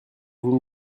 vous